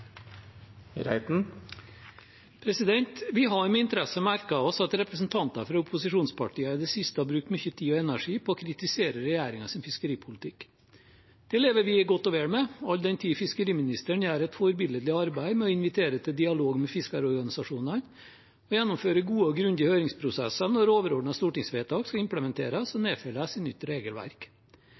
Vi har med interesse merket oss at representanter fra opposisjonspartiene i det siste har brukt mye tid og energi på å kritisere regjeringens fiskeripolitikk. Det lever vi godt og vel med, all den tid fiskeriministeren gjør et forbilledlig arbeid med å invitere til dialog med fiskeriorganisasjonene og gjennomføre gode og grundige høringsprosesser når overordnete stortingsvedtak skal implementeres og nedfelles i nytt regelverk.